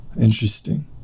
Interesting